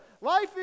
Life